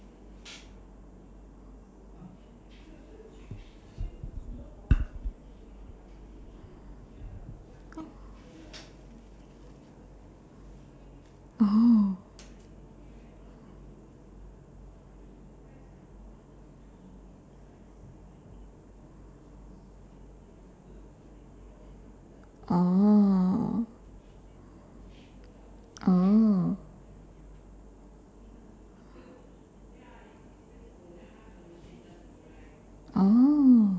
oh oh oh oh